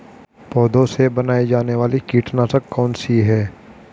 पौधों से बनाई जाने वाली कीटनाशक कौन सी है?